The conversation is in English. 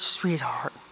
sweetheart